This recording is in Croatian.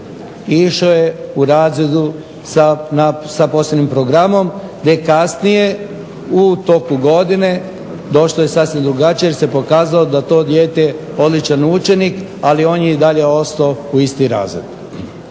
išao je u razredu sa posebnim programom gdje kasnije u toku godine došlo je sasvim drugačije jer se pokazao da to dijete odličan učenik, ali on je i dalje ostao u isti razred.